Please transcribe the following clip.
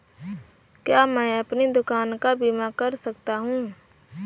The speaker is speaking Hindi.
क्या मैं अपनी दुकान का बीमा कर सकता हूँ?